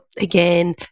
again